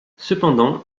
cependant